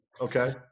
Okay